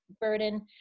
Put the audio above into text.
burden